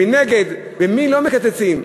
מנגד, ממי לא מקצצים?